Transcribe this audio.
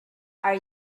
are